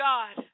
God